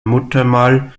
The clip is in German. muttermal